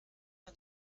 man